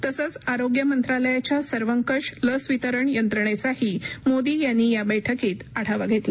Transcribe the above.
तसंच आरोग्य मंत्रालयाच्या सर्वंकष लस वितरण यंत्रणेचाही मोदी यांनी या बैठकीत आढावा घेतला